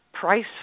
price